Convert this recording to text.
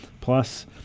plus